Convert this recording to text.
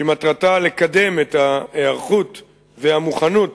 שמטרתה לקדם את ההיערכות והמוכנות